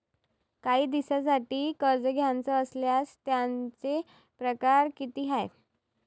कायी दिसांसाठी कर्ज घ्याचं असल्यास त्यायचे परकार किती हाय?